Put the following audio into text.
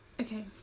Okay